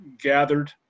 gathered